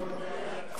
מי הצביע נגד?